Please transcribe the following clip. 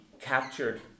captured